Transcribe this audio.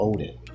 Odin